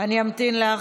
אני אמתין לך.